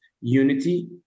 unity